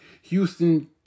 Houston